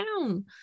down